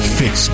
fix